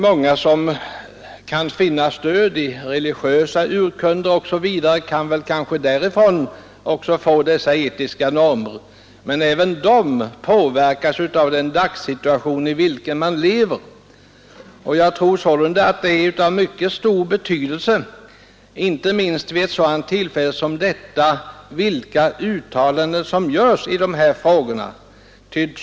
Många som finner stöd i religiösa urkunder osv. kan kanske därifrån också få dessa etiska normer, men även de påverkas av den dagssituation i vilken de lever. Jag tror sålunda att det är av mycket stor betydelse, inte minst vid ett sådant tillfälle som detta, vilka uttalanden som görs i de här frågorna.